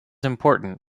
important